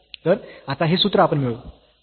तर आता हे सूत्र आपण मिळवू